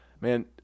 man